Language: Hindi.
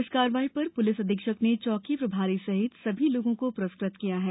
इस कार्रवाई पर प्लिस अधीक्षक ने चौकी प्रभारी सहित समस्त लोगों को प्रस्कृत किया है